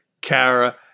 Kara